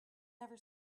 never